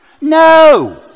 No